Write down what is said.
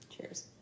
Cheers